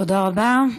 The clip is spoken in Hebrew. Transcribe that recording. תודה רבה.